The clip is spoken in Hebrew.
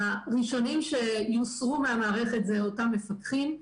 הראשונים שיוסרו מהמערכת זה אותם מפקחים,